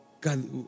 god